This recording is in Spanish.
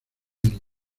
libros